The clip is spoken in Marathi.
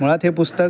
मुळात हे पुस्तक